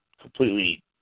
completely